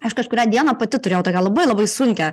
aš kažkurią dieną pati turėjau tokią labai labai sunkią